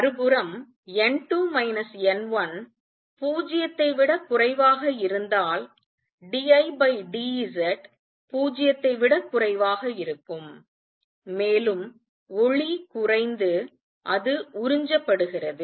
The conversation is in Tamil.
மறுபுறம் n2 n1 0 ஐ விடக் குறைவாக இருந்தால் d I d Z 0 ஐ விடக் குறைவாக இருக்கும் மேலும் ஒளி குறைந்து அது உறிஞ்சப்படுகிறது